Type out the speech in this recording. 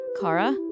Kara